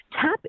tap